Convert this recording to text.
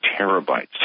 terabytes